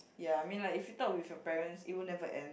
ya I mean like if you talk with your parents it will never end